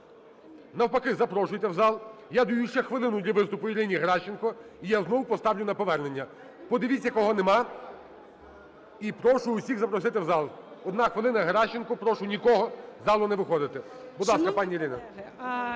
навпаки, запрошуйте в зал. Я даю ще хвилину для виступу Ірині Геращенко, і я знову поставлю на повернення. Подивіться, кого нема, і прошу всіх запросити в зал. Одна хвилина - Геращенко. Прошу нікого із залу не виходити. Будь ласка, пані Ірина.